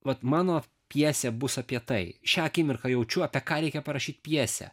vat mano pjesė bus apie tai šią akimirką jaučiu apie ką reikia parašyti pjesę